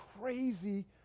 crazy